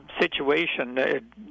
situation